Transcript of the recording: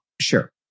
sure